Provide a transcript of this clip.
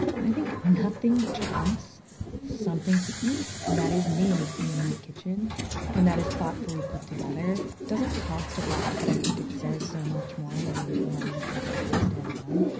and i think nothing trumps something to eat that is made in your kitchen and that is thoughtfully put together. it doesn't cost a lot, but i think it says so much more than money can put a price tag on.